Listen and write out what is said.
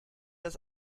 das